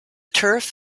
turf